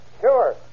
Sure